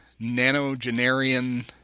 nanogenarian